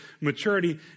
maturity